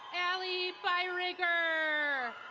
ali byrigger.